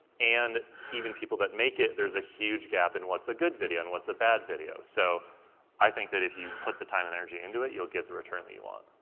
and even people that make it, there's a huge gap in what's a good video and what's a bad video, so i think that if you put the time and energy into it, you'll get the return that you want.